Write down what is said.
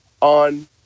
on